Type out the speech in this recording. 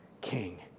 king